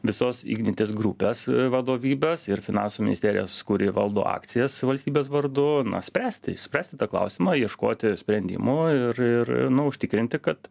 visos ignitis grupės vadovybės ir finansų ministerijos kuri valdo akcijas valstybės vardu na spręsti išspręsti tą klausimą ieškoti sprendimų ir ir užtikrinti kad